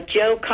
joe